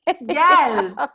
Yes